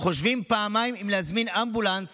חושבים פעמיים אם להזמין אמבולנס